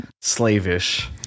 slavish